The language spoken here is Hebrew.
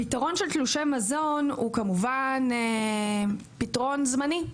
הפתרון של תלושי מזון הוא כמובן פתרון זמני.